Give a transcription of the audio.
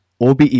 obe